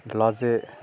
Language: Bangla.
লজে